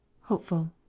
Hopeful